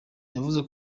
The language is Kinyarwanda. yavuze